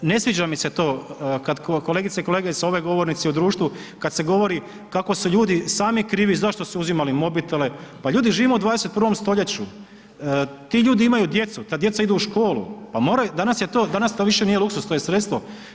Ne sviđa mi se to, kad kolegice i kolege s ove govornice i u društvu, kad se govori kako su ljudi sami krivi, zašto su uzimali mobitele, pa ljudi, živimo u 21. stoljeću, ti ljudi imaju djecu, ta djeca idu u školu, pa moraju, danas to više nije luksuz, to je sredstvo.